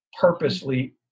purposely